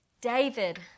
David